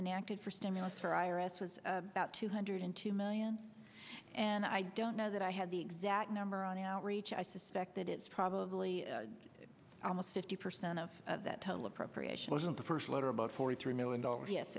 person acted for stimulus for i r s was about two hundred two million and i don't know that i have the exact number on outreach i suspect that it's probably almost fifty percent of that total appropriation wasn't the first letter about forty three million dollars yes